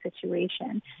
situation